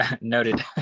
noted